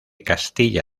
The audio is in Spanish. castilla